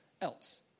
else